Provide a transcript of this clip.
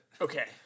okay